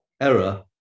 error